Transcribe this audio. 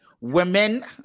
women